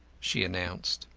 she announced.